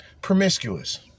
promiscuous